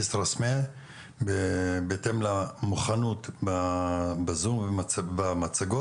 כסרא-סמיע ובהתאם למוכנות בזום ובמצגות.